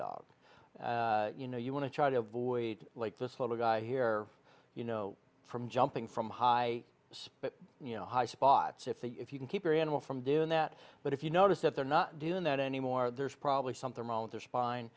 dog you know you want to try to avoid like this little guy here you know from jumping from high speed you know high spots if they if you can keep your animal from doing that but if you notice that they're not doing that anymore there's probably something wrong with their spine